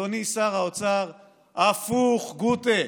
אדוני שר האוצר: הפוך, גוטה,